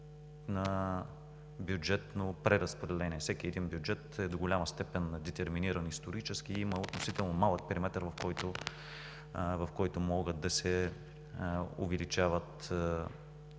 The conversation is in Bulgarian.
на бюджетно преразпределение. Всеки един бюджет е до голяма степен детерминиран исторически, има относително малък периметър, в който могат да се увеличават